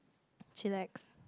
chillax